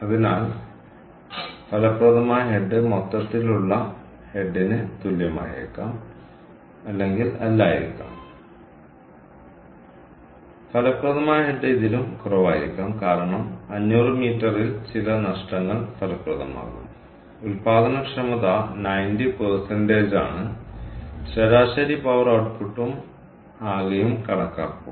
അതിനാൽ ഫലപ്രദമായ തല മൊത്തത്തിലുള്ള തലയ്ക്ക് തുല്യമായേക്കാം അല്ലെങ്കിൽ അല്ലായിരിക്കാം ഇത് എന്റെ തലയാണ് ഫലപ്രദമായ തല ഇതിലും കുറവായിരിക്കാം കാരണം 500 മീറ്ററിൽ ചില നഷ്ടങ്ങൾ ഫലപ്രദമാകും ഉൽപ്പാദനക്ഷമത 90 ആണ് ശരാശരി പവർ ഔട്ട്പുട്ടും ആകെയും കണക്കാക്കുക